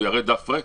הוא יראה דף ריק?